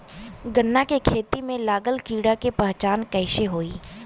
गन्ना के खेती में लागल कीड़ा के पहचान कैसे होयी?